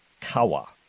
kawa